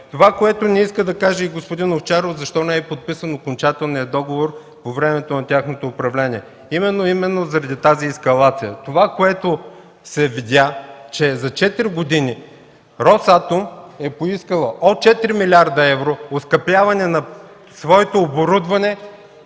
Това, което не иска да каже господин Овчаров – защо не е подписан окончателният договор по времето на тяхното управление, именно заради тази ескалация. Това, което се видя, е, че за четири години „Росатом” е поискала от 4 млрд. евро оскъпяване на своето оборудване